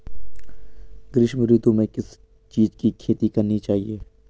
ग्रीष्म ऋतु में किस चीज़ की खेती करनी चाहिये?